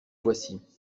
voici